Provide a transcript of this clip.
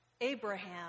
Abraham